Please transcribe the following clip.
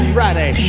Friday